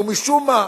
ומשום מה,